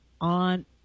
on